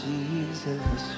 Jesus